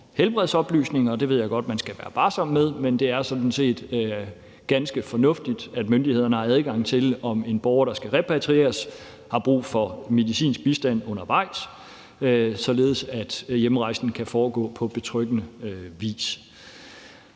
helbredsoplysninger, og det ved jeg godt man skal være varsom med, men det er sådan set ganske fornuftigt, at myndighederne har adgang til oplysninger om, om en borger, der skal repatrieres, har brug for medicinsk bistand undervejs, således at hjemrejsen kan foregå på betryggende vis.